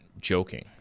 joking